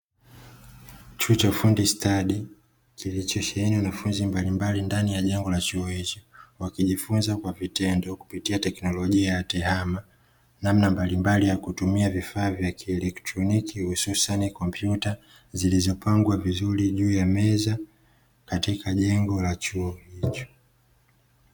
Chuo cha ufundi stadi, kilichosheheni wanafunzi mbalimbali ndani ya jengo la chuo hicho, wakijifunza kwa vitendo kupitia teknolojia ya tehama, namna mbalimbali ya kutumia vifaa vya kielektroniki, hususani kompyuta zilizopangwa vizuri juu ya meza katika jengo la chuo hicho.